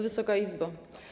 Wysoka Izbo!